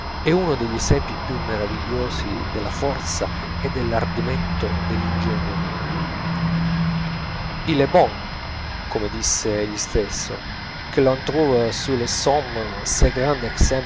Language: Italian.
e uno degli esempi più meravigliosi della forza e dell'ardimento dell'ingegno umano il est bon come disse egli stesso quel'on trouve sur les sommets ces grands